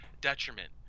detriment